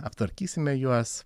aptvarkysime juos